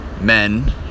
men